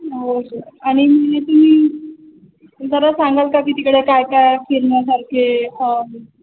आणि जरा सांगाल का की तिकडे काय काय आहे फिरण्यासारखे